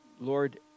Lord